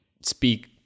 speak